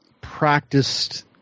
practiced